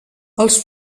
els